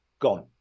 gone